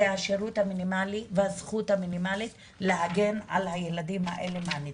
זה השירות המינימלי והזכות המינימלית להגן על הילדים האלה מהניצול.